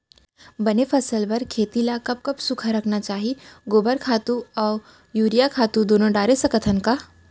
बने फसल बर खेती ल कब कब सूखा रखना चाही, गोबर खत्ता और यूरिया खातू दूनो डारे सकथन का?